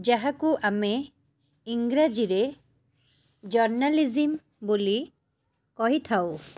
ଯାହାକୁ ଆମେ ଇଂରାଜୀରେ ଜର୍ଣ୍ଣାଲିଜ୍ମ ବୋଲି କହିଥାଉ